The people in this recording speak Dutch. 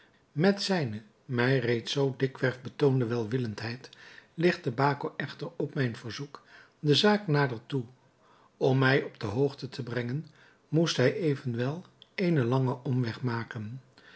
met zijne mij reeds zoo dikwerf betoonde welwillendheid lichtte baco echter op mijn verzoek de zaak nader toe om mij op de hoogte te brengen moest hij evenwel eenen langen omweg maken